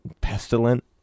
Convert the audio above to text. pestilent